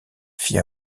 fit